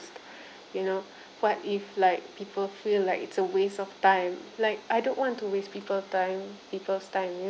you know what if like people feel like it's a waste of time like I don't want to waste people time people's time